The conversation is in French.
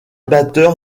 batteur